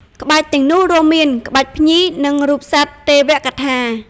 ក្បាច់ទាំងនោះរួមមាន ក្បាច់ភ្ញី និងរូបសត្វទេវកថា។